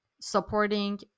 supporting